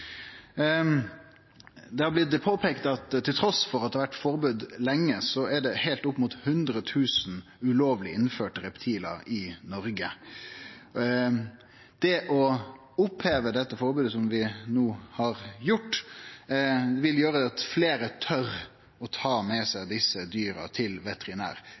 Det har blitt påpeikt at trass i at det har vore forbod lenge, er det heilt opp mot 100 000 ulovleg innførte reptil i Noreg. Det å oppheve dette forbodet, som vi no har gjort, vil gjere at fleire tør å ta med seg desse dyra til veterinær.